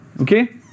Okay